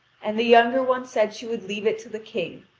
and the younger one said she would leave it to the king,